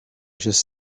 just